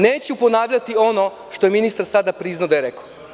Neću ponavljati ono što je ministar sada priznao da je rekao.